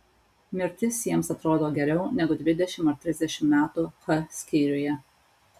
mirtis jiems atrodo geriau negu dvidešimt ar trisdešimt metų h skyriuje